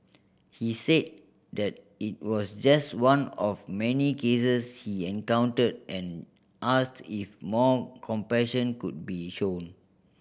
he said that it was just one of many cases he encountered and asked if more compassion could be shown